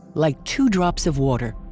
like two drops of water!